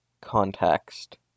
context